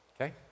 okay